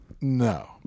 No